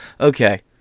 Okay